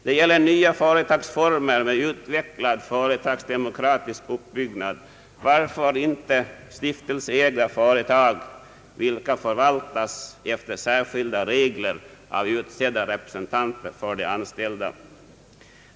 Det gäller företagsformer med utvecklad demokratisk uppbyggnad. Varför inte stiftelseägda företag, vilka förvaltas enligt särskilda regler av utsedda representanter för de anställda?